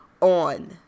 on